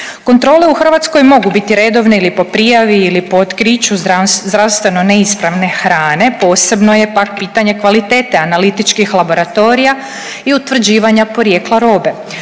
Kontrole u Hrvatskoj mogu biti redovne ili po prijavi ili po otkriću zdravstveno neispravne hrane, posebno je pak pitanje kvalitete analitičkih laboratorija i utvrđivanja porijekla robe.